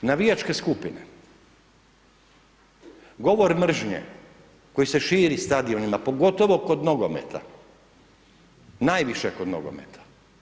Navijačke skupine, govor mržnje koji se širi stadionima pogotovo kod nogometa, najviše kod nogometa.